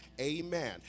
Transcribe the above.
amen